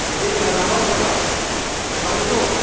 جی میں رہبر بول رہا تھا السلام علیکم